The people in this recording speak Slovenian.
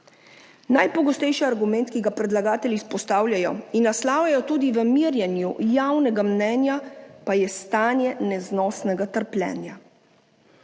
Najpogostejši argument, ki ga predlagatelji izpostavljajo in naslavljajo tudi v merjenju javnega mnenja, pa je stanje neznosnega trpljenja.